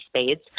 Spades